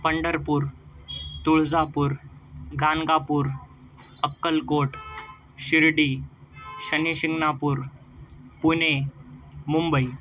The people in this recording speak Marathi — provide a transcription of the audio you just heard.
पंढरपूर तुळजापूर गाणगापूर अक्कलकोट शिर्डी शनि शिंगणापूर पुणे मुंबई